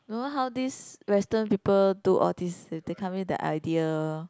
don't know how this western people do all this they come in the idea